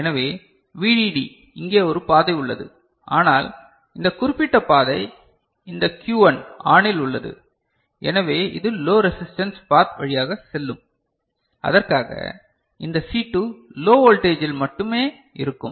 எனவே VDD இங்கே ஒரு பாதை உள்ளது ஆனால் இந்த குறிப்பிட்ட பாதை இந்த Q 1 ஆனில் உள்ளது எனவே இது லோ ரெசிஸ்டன்ஸ் பாத் வழியாக செல்லும் அதற்காக இந்த சி 2 லோ வோல்டேஜில் மட்டுமே இருக்கும்